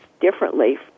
differently